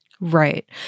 Right